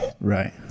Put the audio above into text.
right